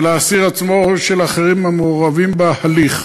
של האסיר עצמו או של אחרים המעורבים בהליך.